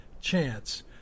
chance